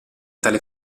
tale